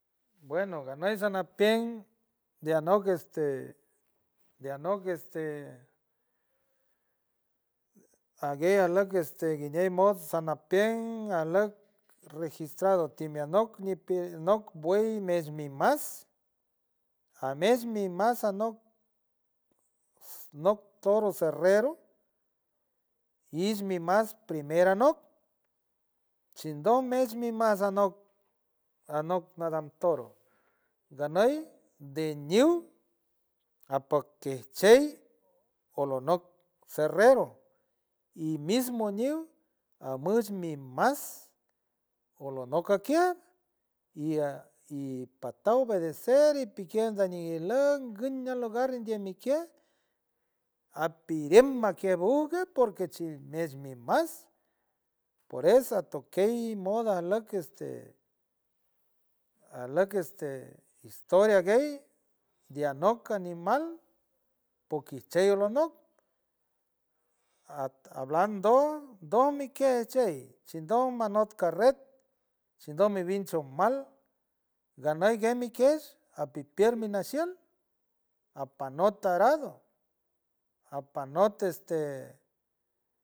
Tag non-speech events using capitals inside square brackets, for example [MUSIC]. Bueno ganay sanapient de anog este de, de anoc este de aguey acloc este guiñey moden samapien aslog [NOISE] registrado teamianot nipi noc buey meismi más amesmi más anoc, noc toro serrano ismi más primera anoc shindow meimi más anoc. anoc nadam toro gnay deñew apoquetshein olonoc serrero y mismo niw amochmimás alomoc aquiet y a y pataw obedecer y piquiet nañilaw guiña logar ndimiquiet apiriem maquiauget por que chiesmimás por eso atoquey moda asloc este de asloc este de historia guey de anock animal poquiechey alonoc hablando do mi quie chey shindow manot carret, shindow mi bin chomal ganey gemi quesh apipier miniashil apanot arado, apanpt este de.